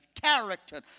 character